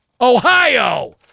Ohio